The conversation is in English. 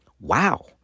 Wow